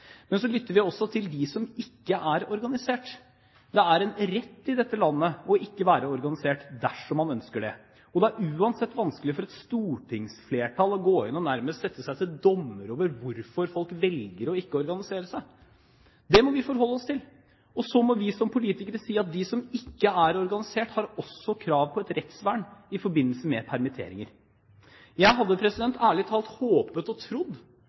lytter også til dem som ikke er organisert. Det er en rett i dette landet ikke å være organisert, dersom man ønsker det. Og det er uansett vanskelig for et stortingsflertall å gå inn og nærmest sette seg til doms over hvorfor folk velger ikke å organisere seg. Det må vi forholde oss til, og så må vi som politikere si at de som ikke er organisert, også har krav på et rettsvern i forbindelse med permitteringer. Jeg hadde ærlig talt håpet og trodd